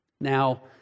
Now